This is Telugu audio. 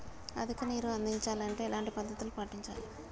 అధిక నీరు అందించాలి అంటే ఎలాంటి పద్ధతులు పాటించాలి?